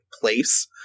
place